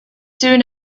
soon